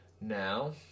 Now